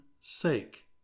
sake